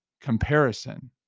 comparison